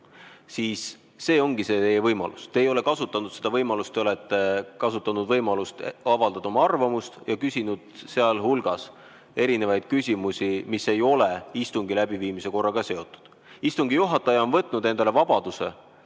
See ongi teie võimalus. Te ei ole kasutanud seda võimalust. Te olete kasutanud võimalust avaldada oma arvamust ja küsinud seal hulgas erinevaid küsimusi, mis ei ole istungi läbiviimise korraga seotud. Istungi juhataja on võtnud endale vabaduse